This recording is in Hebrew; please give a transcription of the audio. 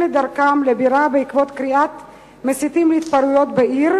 את דרכם לבירה בעקבות קריאת מסיתים להתפרעויות בעיר,